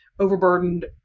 overburdened